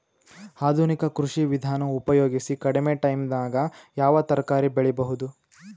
ಆಧುನಿಕ ಕೃಷಿ ವಿಧಾನ ಉಪಯೋಗಿಸಿ ಕಡಿಮ ಟೈಮನಾಗ ಯಾವ ತರಕಾರಿ ಬೆಳಿಬಹುದು?